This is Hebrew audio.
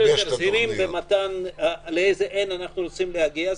יותר זהירים לגבי ה-N אליו אנחנו רוצים להגיע.